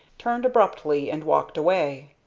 turned abruptly and walked away.